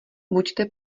buďte